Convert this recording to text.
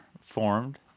formed